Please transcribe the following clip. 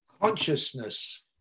consciousness